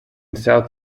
south